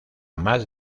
más